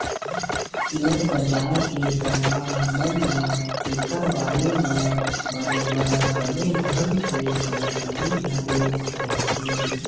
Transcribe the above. share बजार के दलाल मन ल ऐखर बारे म बरोबर बने ढंग के जानकारी घलोक रहिथे